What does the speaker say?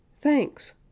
thanks